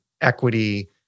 equity